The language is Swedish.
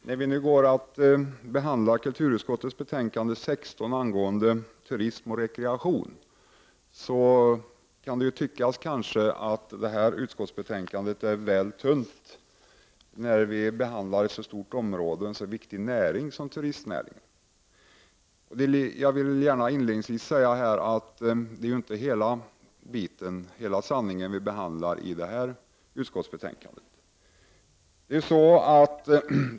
Herr talman! När vi nu går att behandla kulturutskottets betänkande 16 angående turism och rekreation kan detta utskottsbetänkande kanske tyckas väl tunt eftersom vi behandlar ett så stort område, en så viktig näring som turistnäringen. Jag vill gärna inledningsvis säga att detta utskottsbetänkande inte tar upp hela detta område, betänkandet ger inte hela sanningen.